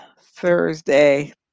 Thursday